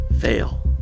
fail